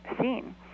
seen